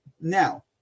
Now